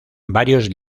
varios